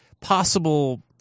possible